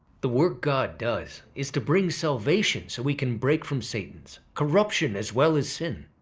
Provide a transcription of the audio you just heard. the work god does is to bring salvation, so we can break from satan's corruption as well as sin,